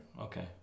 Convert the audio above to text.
Okay